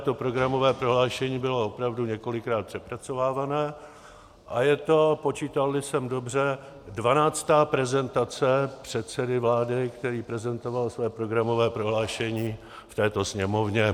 To programové prohlášení bylo opravdu několikrát přepracovávané a je to, počítalli jsem dobře, dvanáctá prezentace předsedy vlády, který prezentoval své programové prohlášení v této Sněmovně.